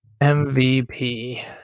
MVP